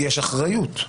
יש אחריות,